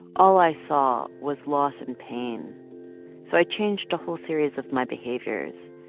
all i saw was loss and pain so i changed a whole series of my behaviors.